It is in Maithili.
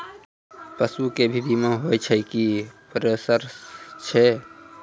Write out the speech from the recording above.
पसु के भी बीमा होय छै, की प्रोसेस छै?